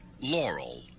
Laurel